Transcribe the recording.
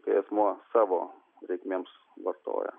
kai asmuo savo reikmėms vartoja